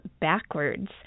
Backwards